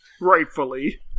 Rightfully